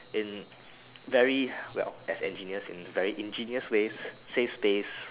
in very well as engineers in very ingenious ways save space